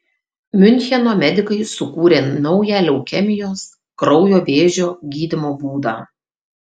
miuncheno medikai sukūrė naują leukemijos kraujo vėžio gydymo būdą